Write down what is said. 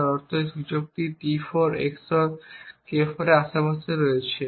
যার অর্থ এই যে এই সূচকটি T4 XOR K4 আশেপাশে রয়েছে